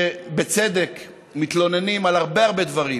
שבצדק מתלוננים על הרבה הרבה דברים,